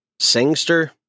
Singster